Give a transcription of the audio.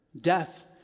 death